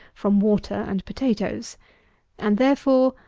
from water and potatoes and, therefore,